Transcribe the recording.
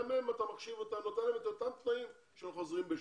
גם אותם אתה מחשיב ונותן להם את אותם תנאים של חוזרים בשאלה.